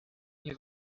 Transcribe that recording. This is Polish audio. nie